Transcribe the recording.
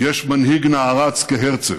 יש מנהיג נערץ כהרצל,